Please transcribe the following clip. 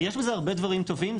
יש בזה הרבה דברים טובים.